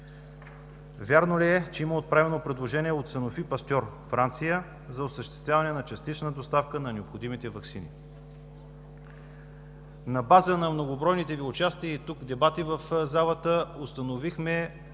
Вярно ли е, че има отправено предложение от „Санофи Пастьор” – Франция, за осъществяване на частична доставка на необходимите ваксини? На база на многобройните Ви участия и дебати тук, в залата, установихме,